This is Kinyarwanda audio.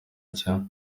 nshya